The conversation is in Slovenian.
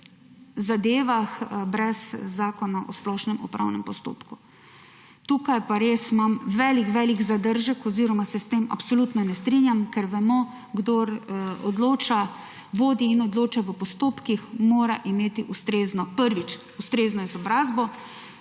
zadevah brez Zakona o splošnem upravnem postopku. Tukaj pa res imam velik, velik zadržek oziroma se s tem absolutno ne strinjam, ker vemo, da kdor odloča, vodi in odloča v postopkih, mora imeti ustrezno: prvič, ustrezno izobrazbo,